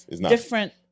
different